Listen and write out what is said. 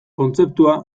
kontzeptua